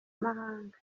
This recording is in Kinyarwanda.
mahanga